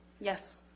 Yes